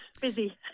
Busy